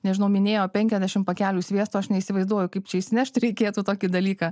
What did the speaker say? nežinau minėjo penkiasdešim pakelių sviesto aš neįsivaizduoju kaip čia išsinešt reikėtų tokį dalyką